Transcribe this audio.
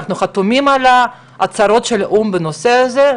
אנחנו חתומים על הצהרות האו"ם בנושא הזה,